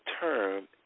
term